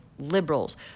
Liberals